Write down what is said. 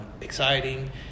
exciting